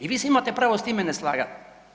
I vi se imate pravo s time ne slagati.